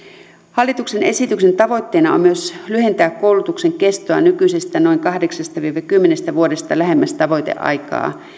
hallituksen esityksen tavoitteena on myös lyhentää koulutuksen kestoa nykyisestä noin kahdeksasta viiva kymmenestä vuodesta lähemmäs tavoiteaikaa